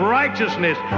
righteousness